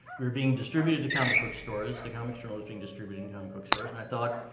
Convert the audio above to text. we were being distributed to comic book stores. the comics journal is being distributed to comic book stores, and i thought,